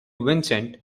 vincent